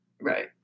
right